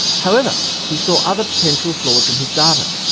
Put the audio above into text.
however, he saw other potential flaws in his data.